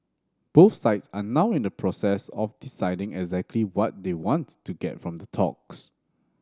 both sides are now in the process of deciding exactly what they wants to get from the talks